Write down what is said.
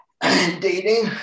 dating